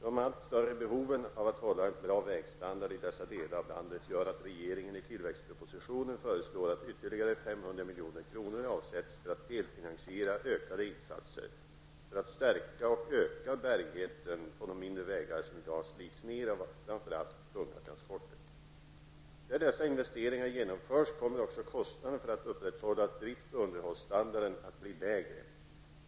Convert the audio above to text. De allt större behoven av att hålla en bra vägstandard i dessa delar av landet gör att regeringen i tillväxtpropositionen föreslår att ytterligare 500 milj.kr. avsätts för att delfinansiera ökade insatser för att stärka och öka bärigheten på de mindre vägar som i dag slits ner av framför allt tunga transporter. Där dessa investeringar genomförs kommer också kostnaden för att upprätthålla drifts och underhållsstandarden att bli lägre,